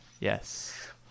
Yes